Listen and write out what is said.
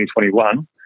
2021